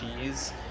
cheese